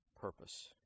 purpose